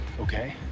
Okay